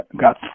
got